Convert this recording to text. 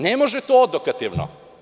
Ne možete odokativno.